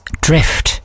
Drift